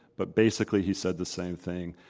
but basically he said the same thing,